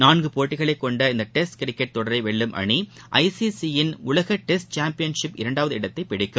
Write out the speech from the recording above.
நான்குபோட்டிகள் கொண்ட இந்தடெஸ்ட் கிரிக்கெட் தொடரைவெல்லும் அணி ஐ சிசி யின் உலகடெஸ்ட் சாம்பியன்ஷிப்பின் இரண்டாவது இடத்தைபிடிக்கும்